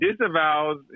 disavows